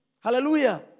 Hallelujah